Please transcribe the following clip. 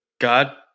God